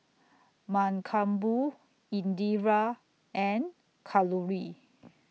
Mankombu Indira and Kalluri